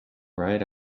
right